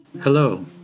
Hello